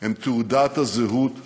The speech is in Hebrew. הם תעודת הזהות שלנו,